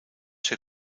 zit